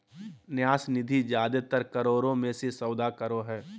न्यास निधि जादेतर करोड़ मे ही सौदा करो हय